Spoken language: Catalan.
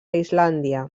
islàndia